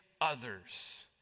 others